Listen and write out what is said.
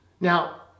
Now